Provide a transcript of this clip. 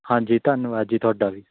ਹਾਂਜੀ ਧੰਨਵਾਦ ਜੀ ਤੁਹਾਡਾ ਵੀ